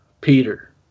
Peter